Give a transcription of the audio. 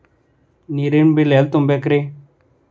ನೇರಿನ ಬಿಲ್ ಎಲ್ಲ ತುಂಬೇಕ್ರಿ?